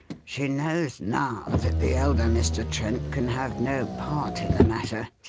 she knows now that the elder mr. trent can have no part in the matter,